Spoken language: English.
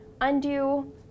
undo